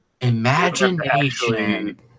Imagination